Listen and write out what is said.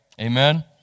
Amen